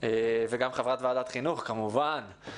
וככל שנצליח לגבש את המסמך בצורה מיטבית אנחנו גם נפיץ אותו לשטח.